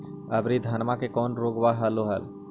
अबरि धाना मे कौन रोग हलो हल?